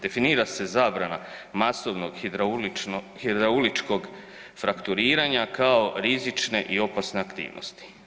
Definira se zabrana masovnog hidrauličkog frakturiranja kao rizične i opasne aktivnosti.